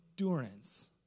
endurance